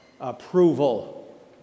approval